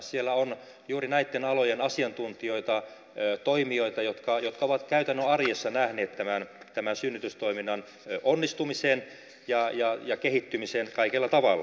siellä on juuri näitten alojen asiantuntijoita toimijoita jotka ovat käytännön arjessa nähneet tämän synnytystoiminnan onnistumisen ja kehittymisen kaikella tavalla